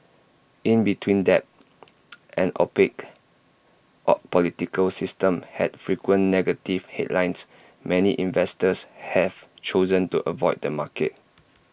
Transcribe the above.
in between debt an opaque political system and frequent negative headlines many investors have chosen to avoid the market